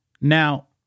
Now